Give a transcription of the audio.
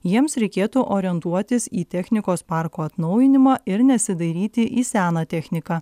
jiems reikėtų orientuotis į technikos parko atnaujinimą ir nesidairyti į seną techniką